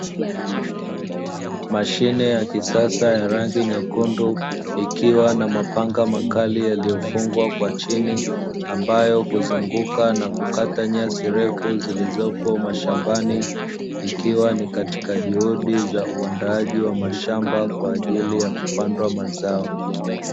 Mashine ya kisasa ya rangi nyekundu, ikiwa na mapanga makali yaliyofungwa kwa chini, ambayo huzunguka na kukata nyasi refu zilizopo mashambani ikiwa ni katika juhudi za uandaaji wa shamba kwaajili ya kupanda mazao.